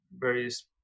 various